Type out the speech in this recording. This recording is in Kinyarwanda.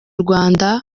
rwanda